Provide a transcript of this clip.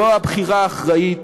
זו הבחירה האחראית,